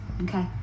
okay